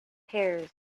pears